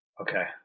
Okay